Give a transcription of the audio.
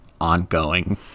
ongoing